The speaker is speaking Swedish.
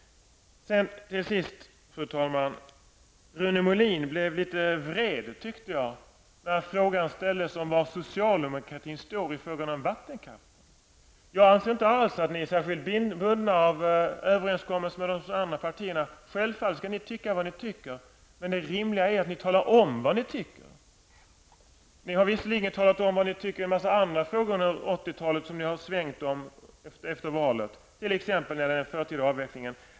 Fru talman! Rune Molin blev litet vred när frågan ställdes om var socialdemokratin står i fråga om vattenkraften. Jag anser inte alls att socialdemokraterna är särskilt bundna av överenskommelsen med de andra partierna. Självfallet skall ni tycka vad ni tycker. Men det rimliga är att ni talar om vad ni tycker. Ni har visserligen talat om vad ni tycker i en mängd andra frågor under 80-talet där ni har svängt om efter valet, t.ex. när det gäller den förtida avvecklingen.